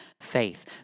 faith